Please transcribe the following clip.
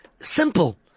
Simple